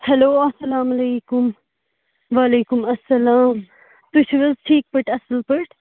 hello اَلسلامُ علیکُم وعلیکُم السلام تُہۍ چھُو حظ ٹھیٖک پٲٹھۍ اَصٕل پٲٹھۍ